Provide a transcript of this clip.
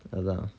ya